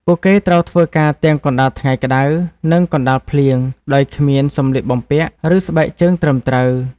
ពួកគេត្រូវធ្វើការទាំងកណ្ដាលថ្ងៃក្ដៅ និងកណ្ដាលភ្លៀង ដោយគ្មានសម្លៀកបំពាក់ ឬស្បែកជើងត្រឹមត្រូវ។